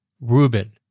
Rubin